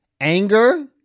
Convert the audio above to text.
Anger